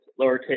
lowercase